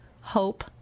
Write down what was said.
hope